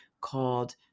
called